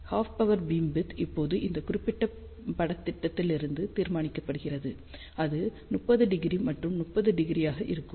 half power beam width இப்போது இந்த குறிப்பிட்ட படத்திட்டத்திலிருந்து தீர்மானிக்கப்படுகிறது அது 30° மற்றும் 30° ஆக இருக்கும்